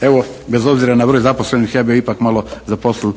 evo bez obzira na broj zaposlenih ja bih je ipak malo zaposlio